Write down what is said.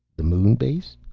the moon base?